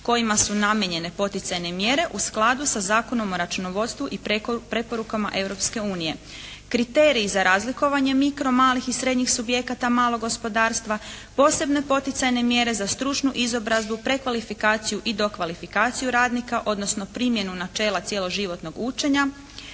kojima su namijenjene poticajne mjere u skladu sa Zakonom o računovodstvu i preporukama Europske unije, kriteriji za razlikovanje mikro malih i srednjih subjekata malog gospodarstva, posebne poticajne mjere za stručnu izobrazbu, prekvalifikaciju i dokvalifikaciju radnika odnosno primjenu načela cjeloživotnog učenja,